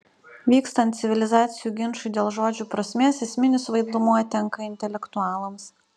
vykstant civilizacijų ginčui dėl žodžių prasmės esminis vaidmuo tenka intelektualams